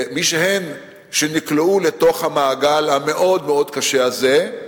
שנקלעו לתוך המעגל המאוד-מאוד קשה הזה.